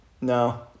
No